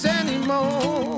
anymore